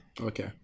Okay